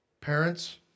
Parents